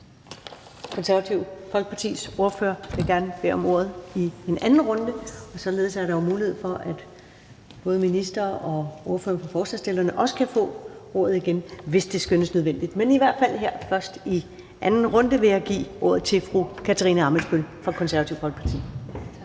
Konservative Folkepartis ordfører vil gerne bede om ordet i en anden runde, og således er der jo mulighed for, at både minister og ordfører for forslagsstillerne også kan få ordet igen, hvis det skønnes nødvendigt. Men i hvert fald her først i anden runde vil jeg give ordet til fru Katarina Ammitzbøll fra Det Konservative Folkeparti.